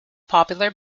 popular